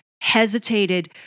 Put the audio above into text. hesitated